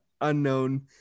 unknown